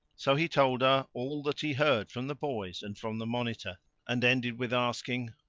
so he told her all that he heard from the boys and from the monitor and ended with asking,